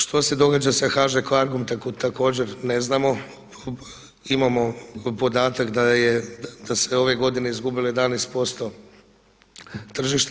Što se događa HŽ Cargom, također ne znamo, imamo podatak da se ove godine izgubilo 11% tržišta.